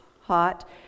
hot